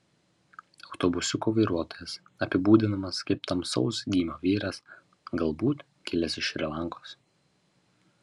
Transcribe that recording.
autobusiuko vairuotojas apibūdinamas kaip tamsaus gymio vyras galbūt kilęs iš šri lankos